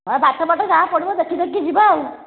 ହଁ ବାଟ ଫାଟ ଯାହା ପଡ଼ିବ ଦେଖି ଦେଖିକି ଯିବା ଆଉ